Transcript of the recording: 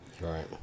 Right